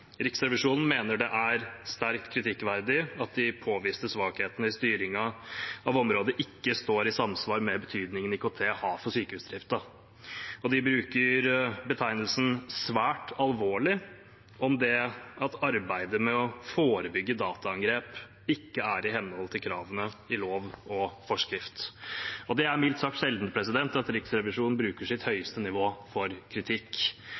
Riksrevisjonen mener det er sterkt kritikkverdig at de påviste svakhetene i styringen av området, ikke står i samsvar med betydningen IKT har for sykehusdriften. De bruker betegnelsen «svært alvorlig» om det at arbeidet med å forebygge dataangrep ikke er i henhold til kravene i lov og forskrift. Det er mildt sagt sjelden at Riksrevisjonen bruker sitt høyeste nivå for kritikk.